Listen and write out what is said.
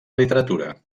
literatura